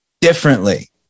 differently